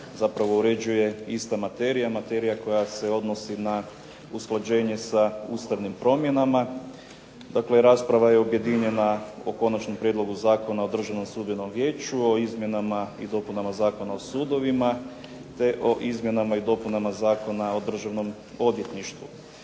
zapravo uređuje ista materija. Materija koja se odnosi na usklađenje sa ustavnim promjenama. Dakle, rasprava je objedinjena o Konačnom prijedlogu Zakona o Državnom sudbenom vijeću, o izmjenama i dopunama Zakona o sudovima te o izmjenama i dopunama Zakona o Državnom odvjetništvu.